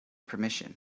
permission